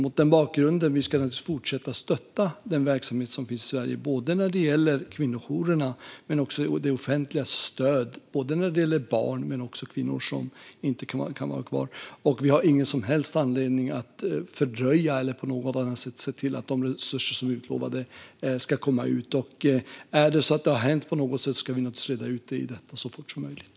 Mot den bakgrunden ska vi fortsätta att stötta den verksamhet som finns i Sverige, när det gäller både kvinnojourerna och det offentligas stöd till barn och till kvinnor som inte kan stanna kvar. Vi har ingen som helst anledning att fördröja eller på annat sätt se till att de utlovade resurserna inte kommer fram. Om detta har hänt ska vi naturligtvis reda ut det så fort som möjligt.